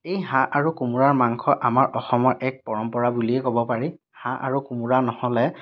এই হাঁহ আৰু কোমোৰাৰ মাংস আমাৰ অসমৰ এক পৰম্পৰা বুলিয়েই ক'ব পাৰি হাঁহ আৰু কোমোৰা নহ'লে